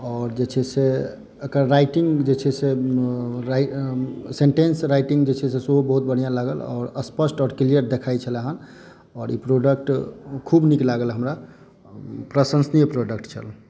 आओर जे छै से एकर राइटिंग जे छै से सेन्टेंस राइटिंग जे छै से सेहो बहुत बढ़िया लागल और स्पष्ट आओर क्लियर देखै छलहन आओर ई प्रोडक्ट खूब नीक लागल हमरा प्रशंसनीय प्रोडक्ट छल